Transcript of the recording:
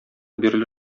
бирле